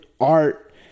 art